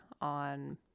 on